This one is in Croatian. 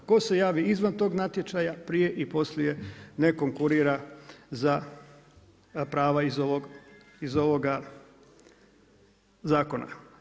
Tko se javi izvan tog natječaj, prije i poslije ne konkurira za prav iz ovoga zakona.